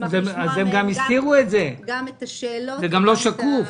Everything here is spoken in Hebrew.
נשמח לשמוע מהם גם את השאלות וגם את התשובות.